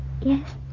Yes